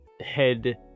Head